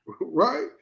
Right